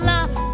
Love